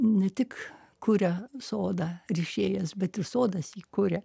ne tik kuria sodą rišėjas bet ir sodas jį kuria